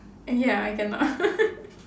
ya I cannot